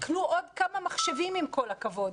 קנו עוד כמה מחשבים, עם כל הכבוד.